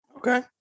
Okay